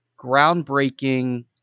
groundbreaking